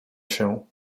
się